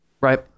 right